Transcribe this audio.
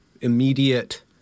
immediate